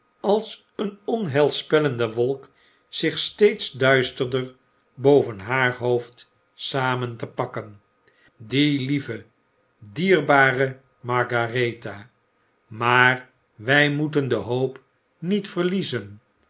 als een onheilspellende wolk zich steeds duisterder boven haar hoofd samen te pakken die lieve dierbare margaretha maar wij moeten de hoop niet verliezen